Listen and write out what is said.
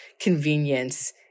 convenience